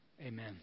Amen